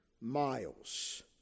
miles